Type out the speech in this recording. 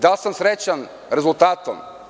Da li sam srećan rezultatom?